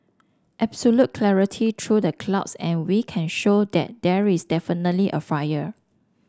absolute clarity through the clouds and we can show that there is definitely a fire